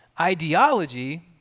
ideology